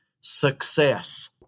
success